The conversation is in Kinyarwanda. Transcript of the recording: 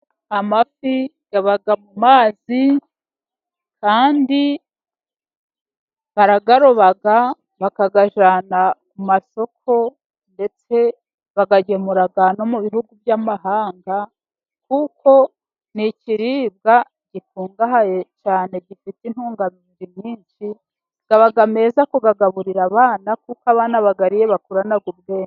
Amafi yaba mu mazi kandi barayaroba bakayajyana ku imasoko ndetse bayagemura mu bihugu by'amahanga, kuko ni ikiribwa gikungahaye cyane, gifite intungamubiri nyinshi. Aba meza kuyagaburira abana kuko abana bayariye bakurana ubwenge.